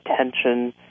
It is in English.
attention